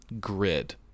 grid